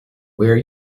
where